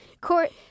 Court